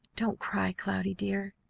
don't cry, cloudy dear!